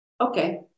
okay